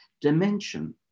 dimension